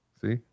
See